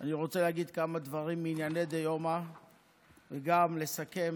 אני רוצה להגיד כמה דברים מענייני דיומא וגם לסכם,